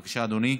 בבקשה, אדוני.